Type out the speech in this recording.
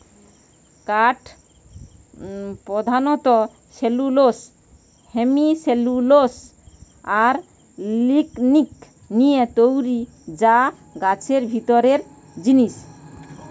কাঠ পোধানত cellulose, hemicellulose আর লিগনিন দিয়ে তৈরি যা গাছের ভিতরের জিনিস